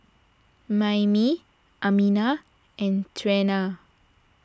Mayme Amina and Trena